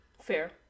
Fair